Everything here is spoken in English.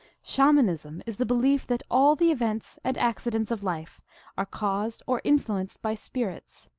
shamanism is the belief that all the events and accidents of life are caused or influ enced by spirits,